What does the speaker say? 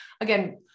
Again